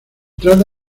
trata